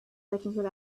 technical